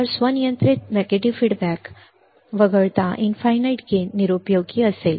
तर स्वत नियंत्रित नकारात्मक प्रतिक्रिया वगळता अनंत लाभ निरुपयोगी असेल